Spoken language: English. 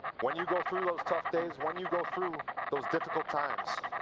when you go through those tough days, when you go through those difficult times,